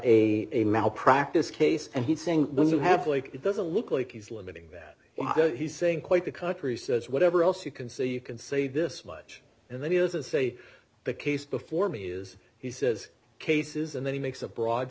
a malpractise case and he's saying those who have like it doesn't look like he's limiting that he's saying quite the contrary says whatever else you can say you can say this much and then he has a say the case before me is he says cases and then he makes a broad